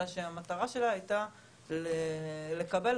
אלא שהמטרה שלה הייתה לקבל,